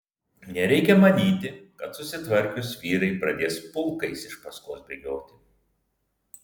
nereikia manyti kad susitvarkius vyrai pradės pulkais iš paskos bėgioti